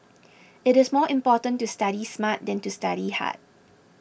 it is more important to study smart than to study hard